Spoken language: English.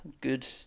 good